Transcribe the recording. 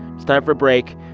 it's time for a break.